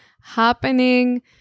happening